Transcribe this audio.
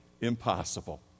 impossible